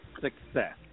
success